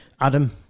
Adam